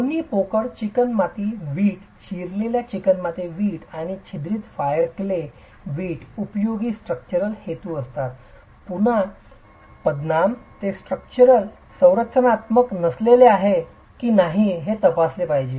दोन्ही पोकळ चिकणमाती वीट चिरलेला चिकणमाती वीट आणि छिद्रित फायर क्ले वीट उपयोगी स्ट्रक्चरल हेतू असू शकतात पुन्हा पदनाम ते स्ट्रक्चरल की संरचनात्मक नसलेले आहे की नाही हे तपासले पाहिजे